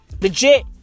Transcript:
Legit